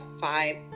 five